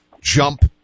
jump